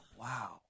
Wow